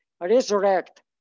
resurrect